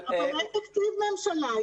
יש ממשלה אבל אין תקציב ממשלה.